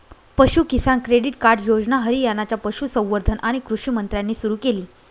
पशु Kisan credit card Yojana हरियाणाच्या पशुसंवर्धन आणि कृषी मंत्र्यांनी सुरू केली